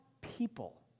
people